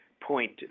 Point